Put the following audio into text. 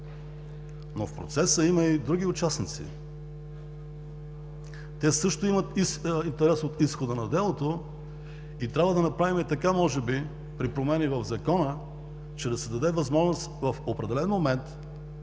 Но в процеса има и други участници. Те също имат интерес от изхода на делото и трябва да направим така може би при промени в Закона, че да се даде възможност в определен момент и другите